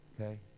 okay